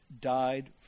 died